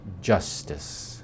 justice